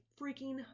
freaking